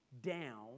down